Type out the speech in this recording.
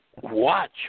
watch